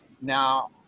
now